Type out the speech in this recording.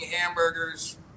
hamburgers